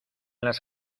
las